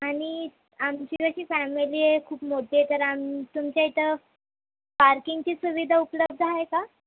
आणि आमची जशी फॅमिली आहे खूप मोठी आहे तर आमचं तुमच्या इथं पार्किंगची सुविधा उपलब्ध आहे का